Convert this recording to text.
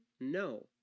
No